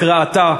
הקראתה,